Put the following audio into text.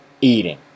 eating